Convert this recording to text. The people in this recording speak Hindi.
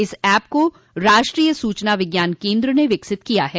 इस ऐप को राष्ट्रीय सूचना विज्ञान केन्द्र ने विकसित किया है